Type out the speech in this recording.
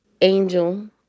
Angel